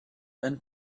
and